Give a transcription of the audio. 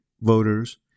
voters